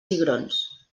cigrons